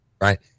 right